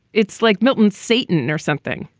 it's like milton's satan or something.